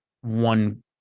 one